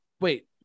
wait